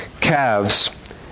calves